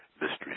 Mystery